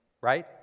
right